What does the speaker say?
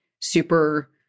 super